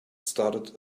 started